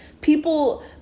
people